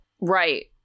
Right